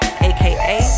aka